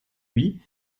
lui